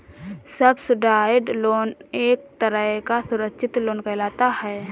subsidised loan एक तरह का सुरक्षित लोन कहलाता है